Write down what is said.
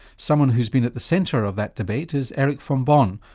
someone who has been at the centre of that debate is eric fombonne,